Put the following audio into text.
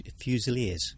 Fusiliers